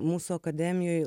mūsų akademijoj